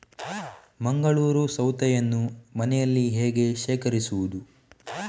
ಮಂಗಳೂರು ಸೌತೆಯನ್ನು ಮನೆಯಲ್ಲಿ ಹೇಗೆ ಶೇಖರಿಸುವುದು?